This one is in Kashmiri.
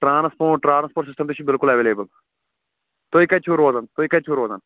ٹرٛانَسپوٹ ٹرٛانَسپوٹ سِسٹَم تہِ چھِ بِلکُل اَیٚوَیٚلیبٕل تُہۍ کَتہِ چھِو روزَان تُہۍ کَتہِ چھِو روزَان